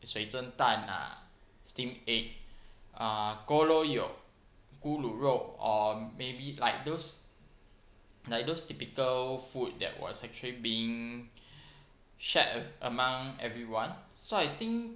水蒸蛋啊 steamed egg uh gou loh yok 咕噜肉 or maybe like those like those typical food that was actually being shared among everyone so I think